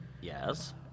Yes